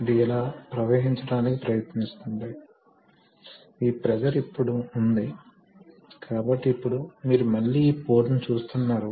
ఇప్పుడు మీరు ప్లేట్ ని చూడండి ప్లేట్ ఒక θ కోణంలో అనుసంధానించబడి ఉంది దీని అర్థం పంపు విషయంలో మనం తీసుకుందాం కాబట్టి పంపును ప్రైమ్ మూవర్ ద్వారా ఈ విధంగా తిప్పడం జరుగుతుంది